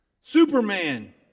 Superman